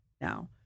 now